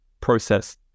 process